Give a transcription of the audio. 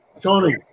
Tony